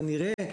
כנראה,